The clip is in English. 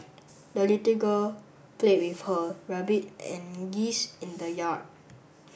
the little girl played with her rabbit and geese in the yard